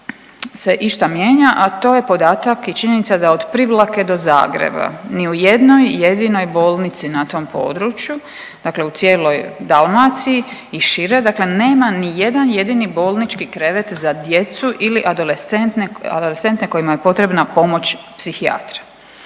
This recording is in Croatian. se išta mijenja, a to je podatak i činjenica da od Privlake do Zagreba ni u jednoj jedinoj bolnici na tom području dakle u cijeloj Dalmaciji i šire, nema nijedan jedini bolnički krevet za djecu ili adolescente kojima je potreba pomoć psihijatra.